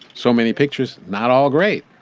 so many pictures. not all great.